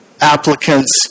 applicants